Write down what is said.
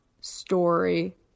story